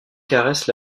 caresse